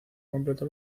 completó